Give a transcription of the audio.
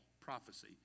prophecy